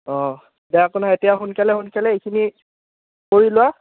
অঁ এতিয়া সোনকালে সোনকালে এইখিনি কৰি লোৱা